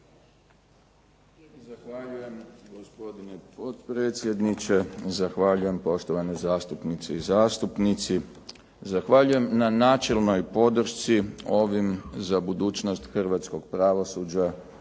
Zahvaljujem gospodine potpredsjedniče, zahvaljujem poštovane zastupnice i zastupnici. Zahvaljujem na načelnoj podršci o ovim za budućnost hrvatskog pravosuđa